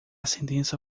sentença